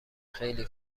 خیلی